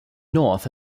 north